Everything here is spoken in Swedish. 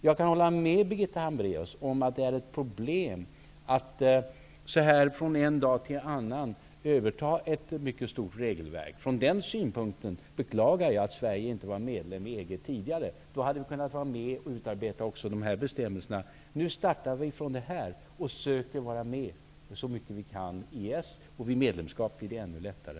Jag kan hålla med Birgitta Hambraeus om att det är ett problem att från en dag till en annan överta ett mycket stort regelverk. Från den synpunkten beklagar jag att Sverige inte blev medlem i EG tidigare. Då hade vi kunnat vara med och utarbeta även de här bestämmelserna. Nu startar vi från det här utgångsläget och söker vara med så mycket vi kan i EES. Vid medlemskap blir det ännu lättare.